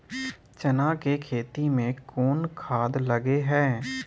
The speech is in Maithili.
चना के खेती में कोन खाद लगे हैं?